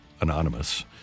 anonymous